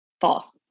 false